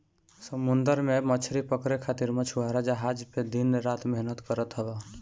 समुंदर में मछरी पकड़े खातिर मछुआरा जहाज पे दिन रात मेहनत करत हवन